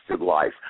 life